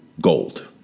gold